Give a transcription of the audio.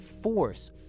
force